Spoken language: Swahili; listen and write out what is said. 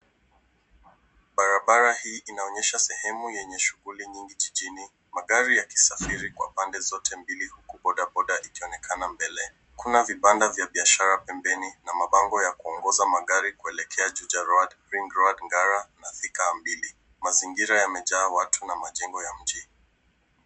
Barabara hii inaonyesha sehemu yenye shughuli nyingi jijini , magari yakisafiri kwa pande zote mbili huku bodaboda ikionekana mbele . Kuna vibanda vya biashara pembeni na mabango ya kuongoza magari kuelekea Juja (cs) road (cs), Ring (cs) road (cs), Ngara na Thika A2. Mazingira yamejaa watu na majengo ya mjini.